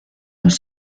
los